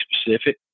specific